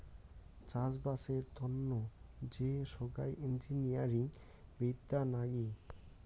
চাষবাসের তন্ন যে সোগায় ইঞ্জিনিয়ারিং বিদ্যা নাগি